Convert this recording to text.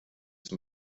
zum